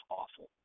awful